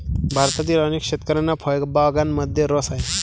भारतातील अनेक शेतकऱ्यांना फळबागांमध्येही रस आहे